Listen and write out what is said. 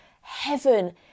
heaven